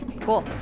cool